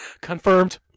Confirmed